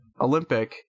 Olympic